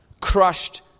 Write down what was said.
crushed